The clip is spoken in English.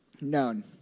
known